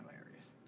hilarious